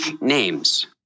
names